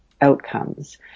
outcomes